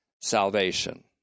salvation